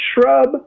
shrub